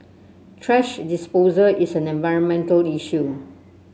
thrash disposal is an environmental issue